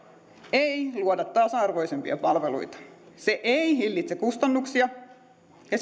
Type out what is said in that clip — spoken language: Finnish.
ei luoda tasa arvoisempia palveluita se ei hillitse kustannuksia ja